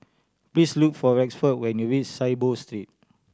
please look for Rexford when you reach Saiboo Street